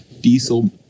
diesel